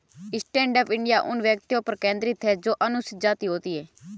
stand up India उन व्यक्तियों पर केंद्रित है जो अनुसूचित जाति होती है